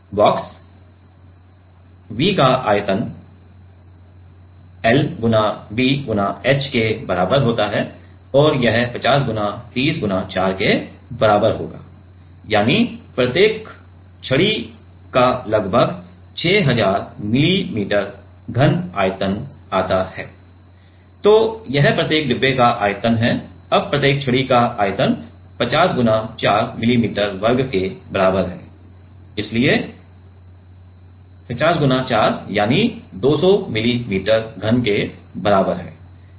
box V का आयतन L गुणा b गुणा h के बराबर होता है और यह 50 × 30 × 4 के बराबर होता है यानी प्रत्येक छड़ी का लगभग 6000 मिली मीटर घन आयतन आता है तो यह प्रत्येक डिब्बे का आयतन है अब प्रत्येक छड़ी का आयतन 50 × 4 मिली मीटर वर्ग के बराबर है इसलिए 50 × 4 यानी 200 मिली मीटर घन के बराबर है